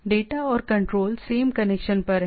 data और control same connection पर हैं